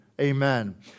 Amen